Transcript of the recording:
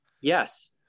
Yes